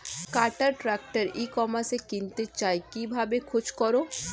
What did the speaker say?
কাটার tractor ই কমার্সে কিনতে চাই কিভাবে খোঁজ করো?